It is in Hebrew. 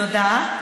תודה.